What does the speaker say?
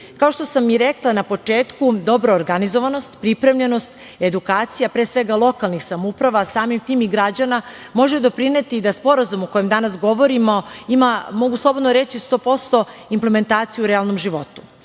što sam i rekla na početku, dobra organizovanost, pripremljenost, edukacija pre svega lokalnih samouprava, a samim tim i građana, može doprineti da sporazum o kojem danas govorimo ima, mogu slobodno reći, sto posto implementaciju u realnom životu. Upravo